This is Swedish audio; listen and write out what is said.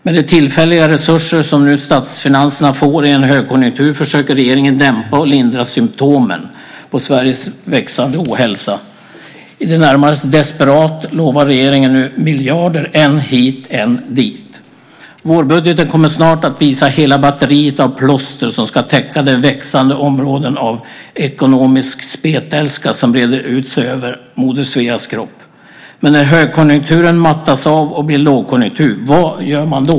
Med de tillfälliga resurser som statsfinanserna nu får i en högkonjunktur försöker regeringen dämpa och lindra symtomen på Sveriges växande ohälsa. I det närmaste desperat lovar regeringen miljarder än hit, än dit. Vårbudgeten kommer snart att visa hela batteriet av "plåster" som ska täcka de växande områdena av "ekonomisk spetälska" som breder ut sig över moder Sveas kropp. Men vad gör man när högkonjunkturen mattas av och blir lågkonjunktur?